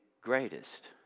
greatest